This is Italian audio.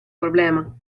problema